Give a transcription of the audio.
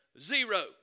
zero